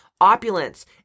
opulence